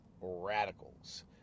radicals